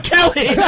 Kelly